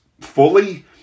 fully